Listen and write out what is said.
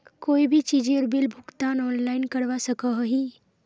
कोई भी चीजेर बिल भुगतान ऑनलाइन करवा सकोहो ही?